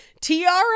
tiara